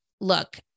look